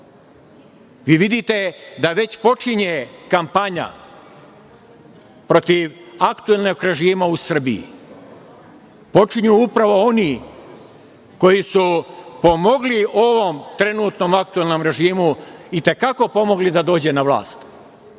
Vidite da već počinje kampanja protiv aktuelnog režima u Srbiji. Počinju upravo oni koji su pomogli ovom trenutnom aktuelnom režimu i te kako pomogli da dođe na vlas.